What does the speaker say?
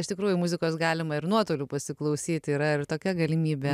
iš tikrųjų muzikos galima ir nuotoliu pasiklausyt yra ir tokia galimybė